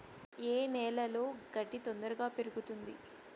ఏ నేలలో గడ్డి తొందరగా పెరుగుతుంది